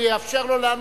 אני אאפשר לו לענות,